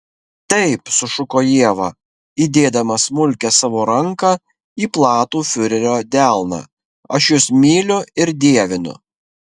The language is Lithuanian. taip sušuko ieva įdėdama smulkią savo ranką į platų fiurerio delną aš jus myliu ir dievinu